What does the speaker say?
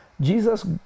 Jesus